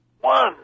one